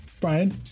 Brian